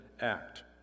act